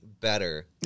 better